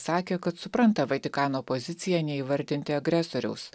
sakė kad supranta vatikano poziciją neįvardinti agresoriaus